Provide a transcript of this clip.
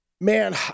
Man